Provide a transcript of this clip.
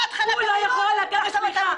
אתה לא נתת לה לדבר.